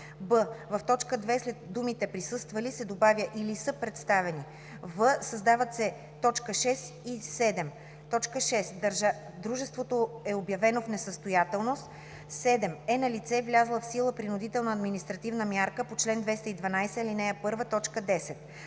б) в т. 2 след думите „присъствали“ се добавя „или са представени“; в) създават се т. 6 и 7: „6. дружеството е обявено в несъстоятелност; 7. е налице влязла в сила принудителна административна мярка по чл. 212, ал. 1, т.